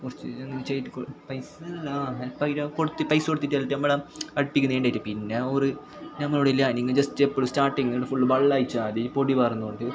കുറച്ച് ഇങ്ങനെ ചെയ്യിപ്പിക്കൊ പൈസ ആ ഹെൽപ്പായിട്ട് പൈസ കൊടിത്തിട്ട് നമ്മളുടെ അടുപ്പിക്കുന്നുണ്ടായിരുന്നില്ല പിന്നെ ഓറ് ഞമ്മളോടില്ല്യ ഇനിയിങ്ങനെ ജസ്റ്റ് എപ്പോഴും സ്റ്റാട്ടിങ്ങാണ് ഫുള്ള് ബള്ളായി ചാടി ഇല്ലെ പൊടിപാറും എന്നു പറഞ്ഞു